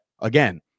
again